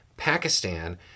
Pakistan